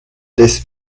des